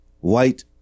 white